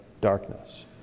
darkness